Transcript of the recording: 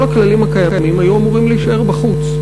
הכללים הקיימים היום היו אמורים להישאר בחוץ,